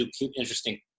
interesting